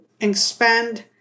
expand